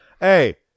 Hey